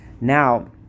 Now